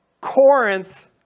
Corinth